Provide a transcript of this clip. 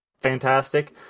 fantastic